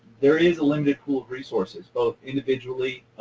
there is a limited pool of resources, both individually,